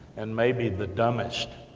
and maybe the dumbest.